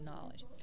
knowledge